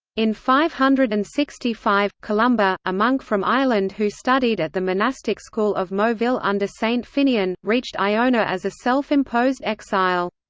in five hundred and sixty five, columba, a monk from ireland who studied at the monastic school of moville under st. finnian, reached iona as a self-imposed exile.